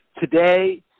Today